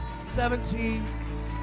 seventeen